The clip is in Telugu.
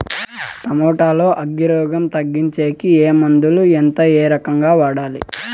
టమోటా లో అగ్గి రోగం తగ్గించేకి ఏ మందులు? ఎంత? ఏ రకంగా వాడాలి?